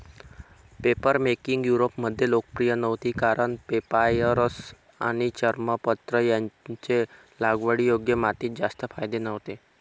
papermaking युरोपमध्ये लोकप्रिय नव्हती कारण पेपायरस आणि चर्मपत्र यांचे लागवडीयोग्य मातीत जास्त फायदे नव्हते